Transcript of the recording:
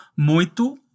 muito